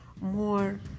more